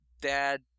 dad